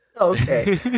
Okay